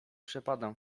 przepadam